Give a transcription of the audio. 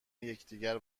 یکدیگر